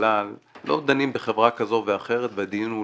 ובכלל לא דנים על חברה כזו ואחרת והדיון הוא